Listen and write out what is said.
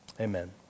Amen